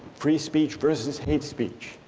free speech versus hate speech,